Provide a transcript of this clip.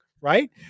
right